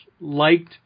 liked